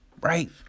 right